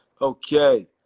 Okay